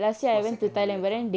post secondary ah